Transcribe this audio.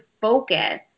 focus